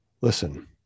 listen